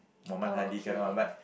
oh okay